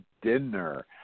dinner